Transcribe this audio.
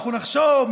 אנחנו נחשוב,